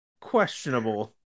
questionable